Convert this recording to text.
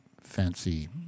fancy